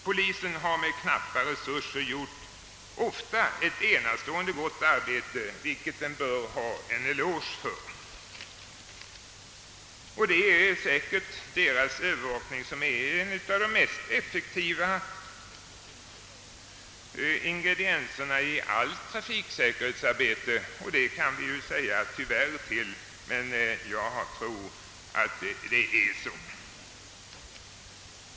Polisen har med knappa resurser gjort ett ofta enastående gott arbete, något som den bör ha en eloge för. Det är säkert denna övervakning som är en av de mest effektiva ingredienserna i allt trafiksäkerhetsarbete. Man kan kanske säga »tyvärr» om denna övervakning, men jag tror att så är förhållandet.